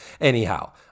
Anyhow